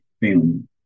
film